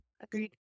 Agreed